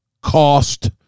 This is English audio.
cost